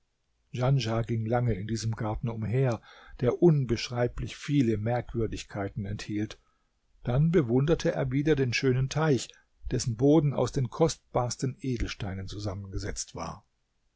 djanschah ging lange in diesem garten umher der unbeschreiblich viele merkwürdigkeiten enthielt dann bewunderte er wieder den schönen teich dessen boden aus den kostbarsten edelsteinen zusammengesetzt war